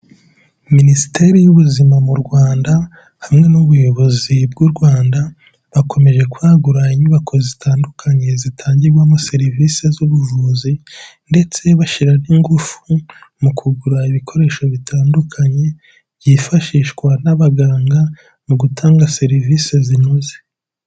Minisiteri y'Ubuzima mu Rwanda hamwe n'ubuyobozi bw'u Rwanda, bakomeje kwagura inyubako zitandukanye zitangirwamo serivisi z'ubuvuzi ndetse bashyira n'ingufu mu kugura ibikoresho bitandukanye byifashishwa n'abaganga mu gutanga serivisi zinoze.